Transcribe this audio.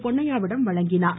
பொன்னையாவிடம் வழங்கினார்கள்